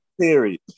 Period